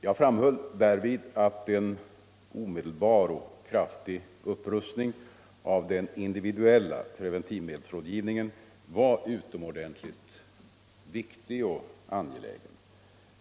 Jag framhöll därvid att en omedelbar och kraftig upprustning av den individuella preventivmedelsrådgivningen var utomordentligt viktig och angelägen.